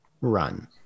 run